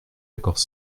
accords